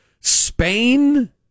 Spain